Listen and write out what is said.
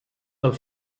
pel